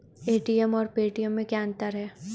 ATM और Paytm में क्या अंतर है?